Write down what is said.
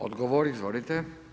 Odgovor izvolite.